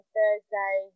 Thursday